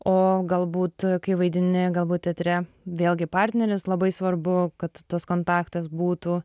o galbūt kai vaidini galbūt teatre vėlgi partneris labai svarbu kad tas kontaktas būtų